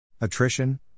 Attrition